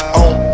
on